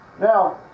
Now